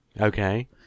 Okay